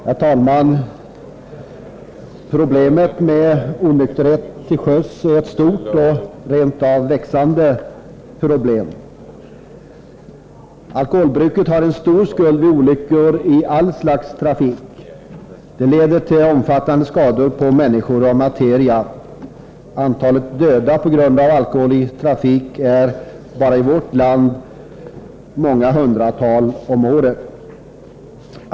Herr talman! Problemet med onykterhet till sjöss är ett stort och rent av växande problem. Alkoholbruket har en stor skuld vid olyckor i allt slags trafik. Det leder till omfattande skador på människor och material. Antalet döda på grund av alkohol i trafik är bara i vårt land många hundratal om året.